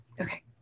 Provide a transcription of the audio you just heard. Okay